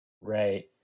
right